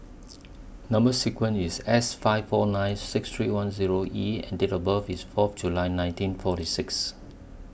Number sequence IS S five four nine six three one Zero E and Date of birth IS Fourth July nineteen forty six